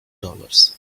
dollars